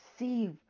receive